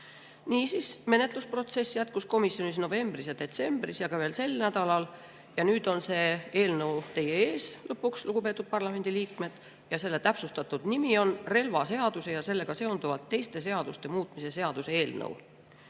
Niisiis, menetlusprotsess jätkus komisjonis novembris ja detsembris ja ka veel sel nädalal. Nüüd on see eelnõu lõpuks teie ees, lugupeetud parlamendi liikmed, ja selle täpsustatud nimi on relvaseaduse ja sellega seonduvalt teiste seaduste muutmise seaduse